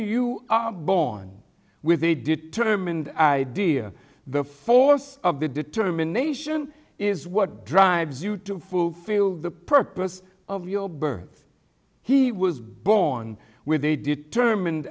you are born with a determined idea the force of the determination is what drives you to fulfill the purpose of your birth he was born with a determine